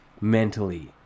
mentally